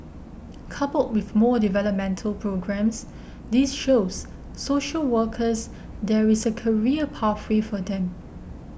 coupled with more developmental programmes this shows social workers there is a career pathway for them